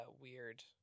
weird